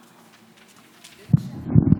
תודה רבה,